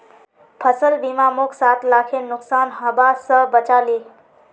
फसल बीमा मोक सात लाखेर नुकसान हबा स बचा ले